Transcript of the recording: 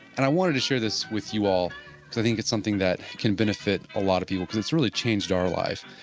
and i wanted to share this with you all because i think it's something that can benefit a lot of people because it's really changed our life.